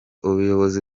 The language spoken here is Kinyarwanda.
ubuyobozi